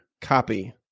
copy